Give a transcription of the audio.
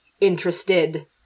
interested